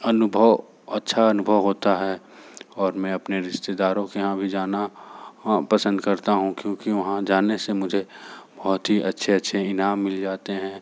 अनुभव अच्छा अनुभव होता है और मैं अपने रिश्तेदारों के यहाँ भी जाना पसंद करता हूँ क्योंकि वहाँ जाने से मुझे बहुत ही अच्छे अच्छे ईनाम मिल जाते हैं